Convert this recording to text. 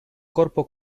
corpo